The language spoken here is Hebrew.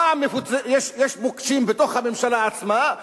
פעם יש מוקשים בתוך הממשלה עצמה,